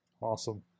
Awesome